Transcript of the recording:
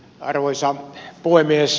arvoisa puhemies